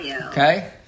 Okay